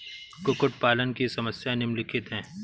कुक्कुट पालन की समस्याएँ निम्नलिखित हैं